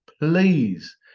Please